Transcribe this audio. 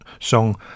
song